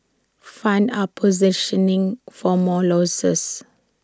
funds are positioning for more losses